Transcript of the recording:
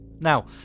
Now